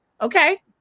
Okay